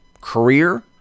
career